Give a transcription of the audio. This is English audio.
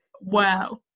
Wow